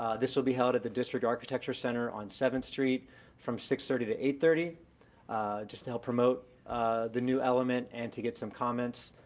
this will be held at the district architecture center on seventh street from six thirty to eight thirty just to help promote the new element and to get some comments.